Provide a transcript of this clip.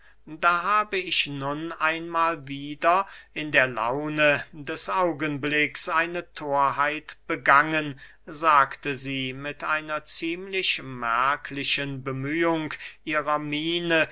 da habe ich nun einmahl wieder in der laune des augenblicks eine thorheit begangen sagte sie mit einer ziemlich merklichen bemühung ihrer miene